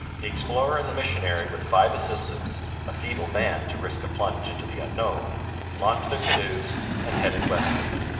the explorer and the missionary with five assistants a feeble band to risk a plunge into the unknown launched their canoes and headed westward.